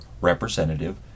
representative